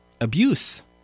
abuse